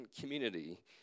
community